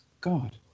God